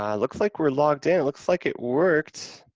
um looks like we're logged in, it looks like it worked,